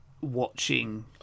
watching